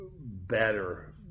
better